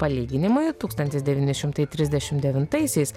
palyginimui tūkstantis devyni šimtai trisdešimt devintaisiais